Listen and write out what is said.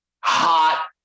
hot